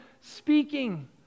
speaking